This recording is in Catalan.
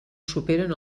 superen